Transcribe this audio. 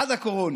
עד הקורונה.